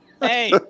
Hey